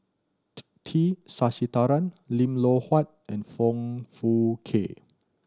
T Sasitharan Lim Loh Huat and Foong Fook Kay